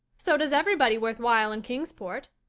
so does everybody worthwhile in kingsport.